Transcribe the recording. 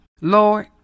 Lord